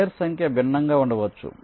layers సంఖ్య భిన్నంగా ఉండవచ్చు